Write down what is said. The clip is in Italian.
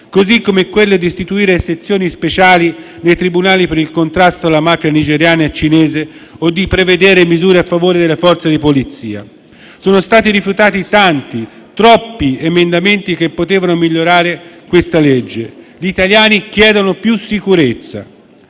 così come quella di istituire sezioni speciali nei tribunali per il contrasto alla mafia nigeriana e cinese o di prevedere misure a favore delle Forze di polizia. Sono stati rifiutati tanti, troppi emendamenti che potevano migliorare questa legge. Gli italiani chiedono più sicurezza.